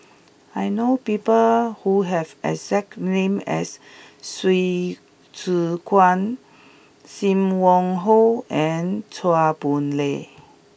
I know people who have the exact name as Hsu Tse Kwang Sim Wong Hoo and Chua Boon Lay